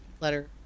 letter